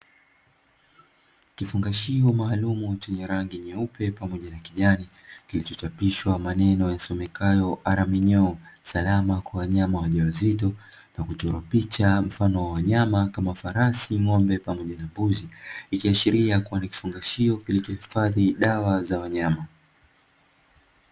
Kifungashio maalumu chenye rangi nyeupe pamoja na kijani, kilichochapishwa maneno yasomekayo "araminyoo, salama kwa wanyama wajawazito" na kuchora picha mfano wa wanyama kama farasi, ng'ombe, pamoja na mbuzi, ikiashiria kuwa nikifungashio kilichohifadhi dawa za wanyama.